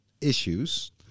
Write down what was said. issues